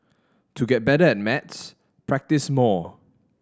to get better at maths practise more